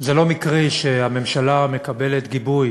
שזה לא מקרי שהממשלה מקבלת גיבוי